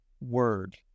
Word